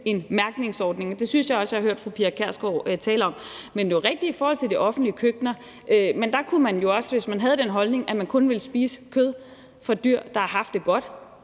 en mærkningsordning. Det synes jeg også jeg har hørt fru Pia Kjærsgaard tale om. Men det er jo rigtigt i forhold til de offentlige køkkener. Men der kunne det jo også godt være, hvis man havde den holdning, at man kun ville spise kød fra dyr, der har haft det godt,